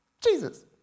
Jesus